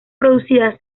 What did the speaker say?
producidas